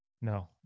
No